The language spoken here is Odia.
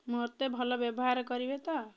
ମୋତେ ଭଲ ବ୍ୟବହାର କରିବେ ତ